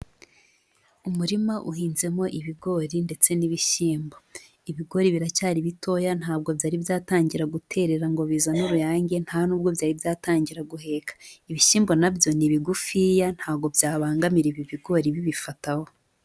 Umurima uhinzemo ibigori ndetse n'ibishyimbo, ibigori biracyari bitoya ntabwo byari byatangira guterera ngo bizane uruyange, nta n'ubwo byari byatangira guheka, ibishyimbo nabyo ni bigufiya ntago byabangamira ibi bigori bibifataho.